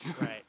right